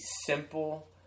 simple